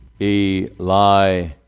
Eli